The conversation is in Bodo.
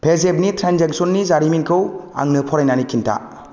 पेजेपनि ट्रेन्जेकसननि जारिमिनखौ आंनो फरायनानै खिन्था